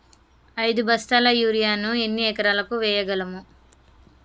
ఐదు బస్తాల యూరియా ను ఎన్ని ఎకరాలకు వేయగలము?